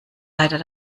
leider